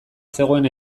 zegoen